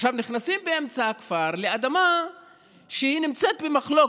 עכשיו, נכנסים באמצע הכפר לאדמה שנמצאת במחלוקת.